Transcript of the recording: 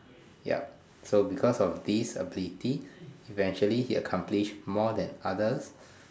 yup so because of this ability eventually he accomplished more than others